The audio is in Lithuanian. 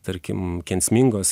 tarkim kenksmingos